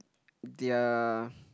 they are